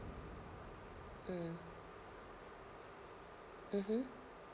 mm mmhmm